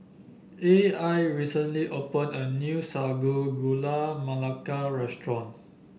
A I recently opened a new Sago Gula Melaka restaurant